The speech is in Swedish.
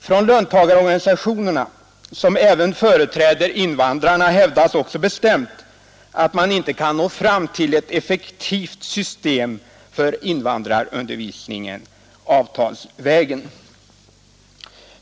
Från löntagarorganisationerna, som även företräder invandrarna, hävdas också bestämt att man inte kan nå fram till ett effektivt system för invandrarundervisningen avtalsvägen.